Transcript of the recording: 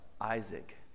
Isaac